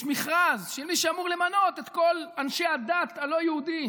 יש מכרז למי שאמור למנות את כל אנשי הדת הלא-יהודים,